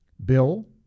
Bill